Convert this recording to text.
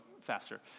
faster